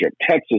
Texas